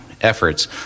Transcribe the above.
efforts